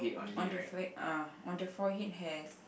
on the f~ ah on the forehead has